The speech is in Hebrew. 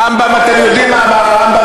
אני קראתי הרמב"ם, אתם יודעים מה אמר הרמב"ם.